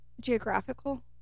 geographical